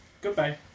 Goodbye